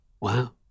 Wow